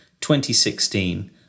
2016